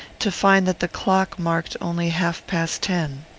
to find that the clock marked only half-past ten.